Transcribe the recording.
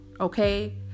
Okay